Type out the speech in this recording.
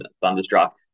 Thunderstruck